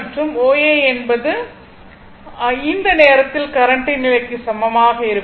O A என்பது அந்த நேரத்தில் கரண்ட்டின் நிலைக்கு சமமாக இருக்கும்